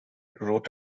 wrote